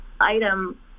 item